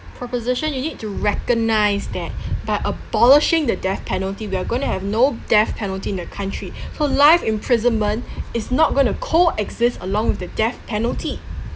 proposition you need to recognise that by abolishing the death penalty we are going to have no death penalty in the country so life imprisonment is not going to co-exist along with the death penalty